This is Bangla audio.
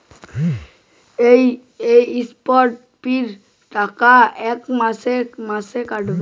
এস.আই.পি র টাকা কী মাসে মাসে কাটবে?